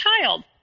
child